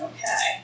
Okay